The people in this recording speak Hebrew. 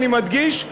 אני מדגיש,